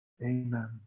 Amen